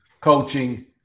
Coaching